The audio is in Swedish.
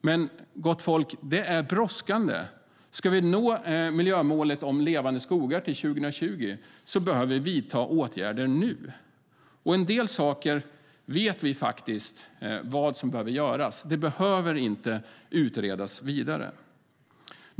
Men, gott folk, det är brådskande! Ska vi nå miljömålet Levande skogar till 2020 behöver vi vidta åtgärder nu. När det gäller en del saker vet vi faktiskt vad som behöver göras; det behöver inte utredas vidare.